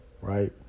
right